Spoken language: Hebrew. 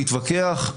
להתווכח,